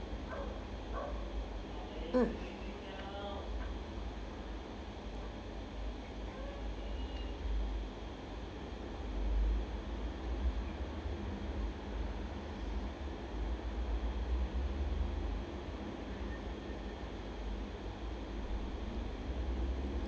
mm